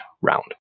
round